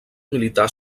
militar